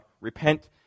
Repent